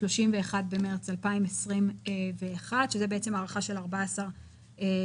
31 במרץ 2021". זה בעצם הארכה של 14 שבועות.